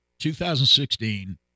2016